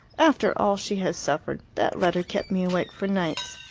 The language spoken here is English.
after all she has suffered. that letter kept me awake for nights.